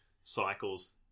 cycles